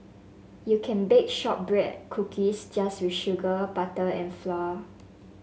you can bake shortbread cookies just with sugar butter and flour